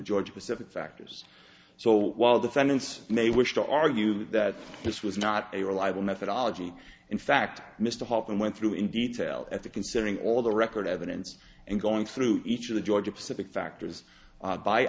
seven factors so while defendants may wish to argue that this was not a reliable methodology in fact mr hope and went through in detail at the considering all the record evidence and going through each of the georgia pacific factors